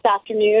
afternoon